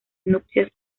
nupcias